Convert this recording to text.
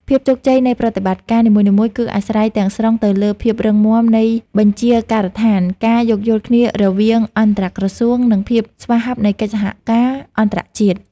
ភាពជោគជ័យនៃប្រតិបត្តិការនីមួយៗគឺអាស្រ័យទាំងស្រុងទៅលើភាពរឹងមាំនៃបញ្ជាការដ្ឋាន ការយោគយល់គ្នារវាងអន្តរក្រសួង និងភាពស្វាហាប់នៃកិច្ចសហការអន្តរជាតិ។